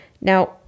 Now